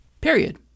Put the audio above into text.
Period